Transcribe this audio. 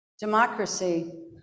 democracy